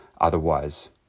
otherwise